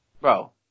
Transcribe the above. Bro